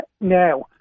now